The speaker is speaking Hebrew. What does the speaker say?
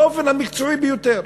באופן מקצועי ביותר.